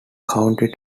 county